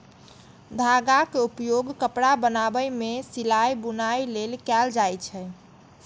धागाक उपयोग कपड़ा बनाबै मे सिलाइ, बुनाइ लेल कैल जाए छै